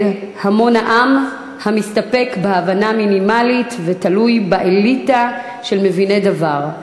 להן המון העם המסתפק בהבנה מינימלית ותלוי באליטה של מביני דבר.